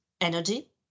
energy